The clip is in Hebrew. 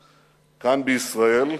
כאן, בישראל,